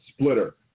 splitter